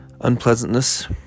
unpleasantness